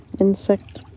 insect